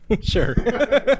Sure